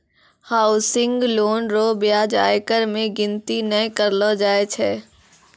housing loan रो ब्याज आयकर मे गिनती नै करलो जाय छै